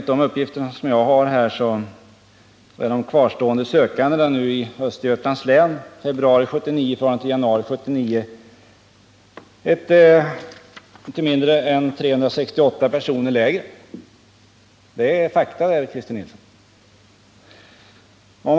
De uppgifter som jag har här visar att antalet kvarstående arbetssökande i Östergötlands län har minskat med inte mindre än 368 från januari till februari månad i år. Det är fakta, Christer Nilsson.